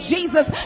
Jesus